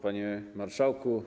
Panie Marszałku!